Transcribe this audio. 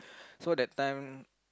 so that time